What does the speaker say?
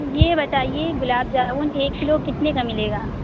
یہ بتائیے گُلاب جامن ایک کلو کتنے کا ملے گا